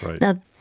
now